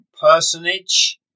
personage